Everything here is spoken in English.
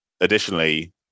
additionally